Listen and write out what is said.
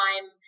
time